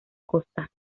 costa